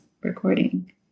recording